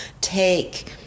take